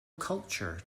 culture